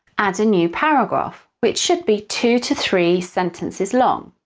add a new paragraph, which should be two to three sentences long.